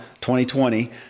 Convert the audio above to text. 2020